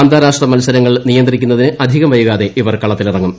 അന്താരാഷ്ട്ര മത്സരങ്ങൾ നിയന്ത്രിക്കുന്നതിന് അധികം വൈകാതെ ഇവർ കളത്തിലിറങ്ങും